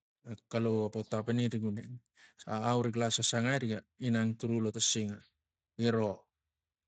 Na kalau ga po tapani rik uneng a- a- a au rik lasosangai riga inang tru lo tang singa giro